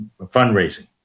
fundraising